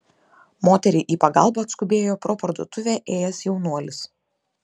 moteriai į pagalbą atskubėjo pro parduotuvę ėjęs jaunuolis